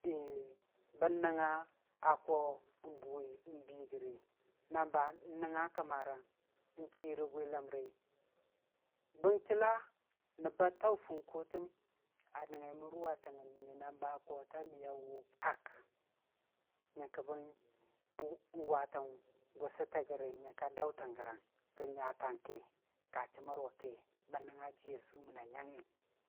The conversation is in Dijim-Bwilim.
Bən nəngnga a koo n'bii gəri, na ba n'nəngnga kəmarang n'chii rə bwiləmri, bən chəlla nəb ba taʊ fungkutəm a nəngngaimən rʊwatang a nyiinii na ba koota miyʊ a wʊ kak nyəngku bən n- n- waatən gʊsʊtə gərəng, rə nyatang ki, ka chəmmər wʊ ki bən nəngnga jiiya suuməna nyangngi.